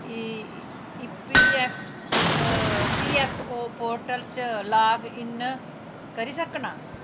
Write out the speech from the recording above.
इ P F E P app ओ portal च लाग इच करी सकना